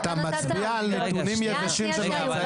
אתה נתת לנו --- אתה מצביע על נתונים יבשים שאתה --- שנייה,